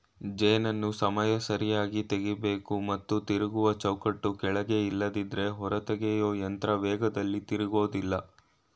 ಜೇನನ್ನು ಸಮಯ ಸರಿಯಾಗಿ ತೆಗಿಬೇಕು ಮತ್ತು ತಿರುಗುವ ಚೌಕಟ್ಟು ಕೆಳಗೆ ಇಲ್ದಿದ್ರೆ ಹೊರತೆಗೆಯೊಯಂತ್ರ ವೇಗದಲ್ಲಿ ತಿರುಗೋದಿಲ್ಲ